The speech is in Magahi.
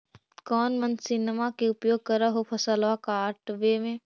कौन मसिंनमा के उपयोग कर हो फसलबा काटबे में?